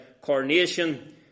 coronation